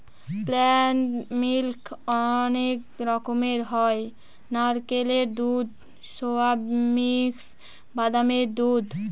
plant milk অনেক রকমের হয় নারকেলের দুধ, সোয়া মিল্ক, বাদামের দুধ